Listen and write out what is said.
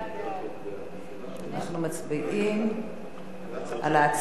אנחנו מצביעים על ההצעה כהצעה לסדר-היום,